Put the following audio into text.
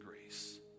grace